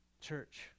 church